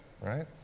right